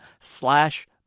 slash